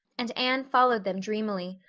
and anne followed them dreamily,